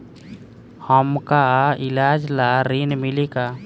हमका ईलाज ला ऋण मिली का?